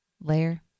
layer